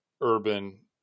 urban